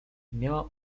miała